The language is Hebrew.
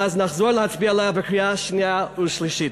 ואז נחזור להצביע עליו בקריאה שנייה ושלישית.